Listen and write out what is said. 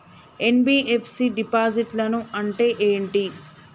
NBFC డిపాజిట్లను అంటే ఏంటి?